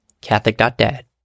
Catholic.Dad